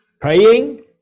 praying